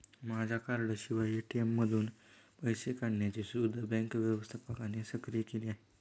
माझ्या कार्डाशिवाय ए.टी.एम मधून पैसे काढण्याची सुविधा बँक व्यवस्थापकाने सक्रिय केली आहे